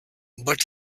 but